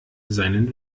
seinen